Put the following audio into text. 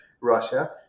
Russia